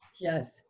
Yes